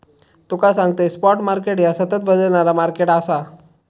तुका सांगतंय, spot market ह्या सतत बदलणारा मार्केट आसा